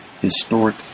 historic